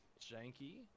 Janky